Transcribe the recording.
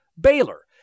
Baylor